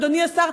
אדוני השר.